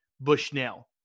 Bushnell